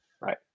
Right